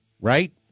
right